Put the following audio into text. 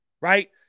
Right